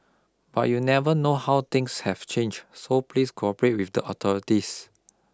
but you never know how things have changed so please cooperate with the authorities